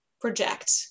project